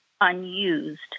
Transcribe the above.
unused